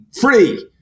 free